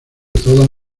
todas